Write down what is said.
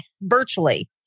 virtually